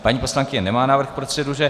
Paní poslankyně nemá návrh k proceduře.